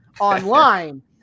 online